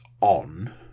on